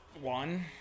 One